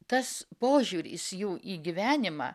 tas požiūris jų į gyvenimą